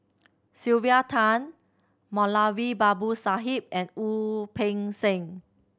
Sylvia Tan Moulavi Babu Sahib and Wu Peng Seng